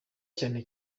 cyane